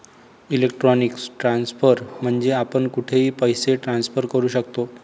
electronic transfer म्हणजे आपण कुठेही पैसे ट्रान्सफर करू शकतो